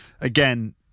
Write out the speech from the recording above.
Again